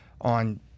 on –